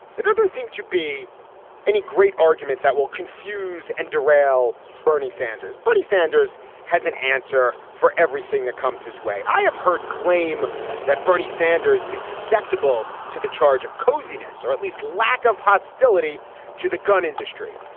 there doesn't seem to be any great argument that will confuse and derail bernie sanders. bernie sanders has an answer for everything that comes his way. i have heard claim that bernie sanders is susceptible to the charge of coziness or at least lack of hostility to the gun industry.